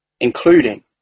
including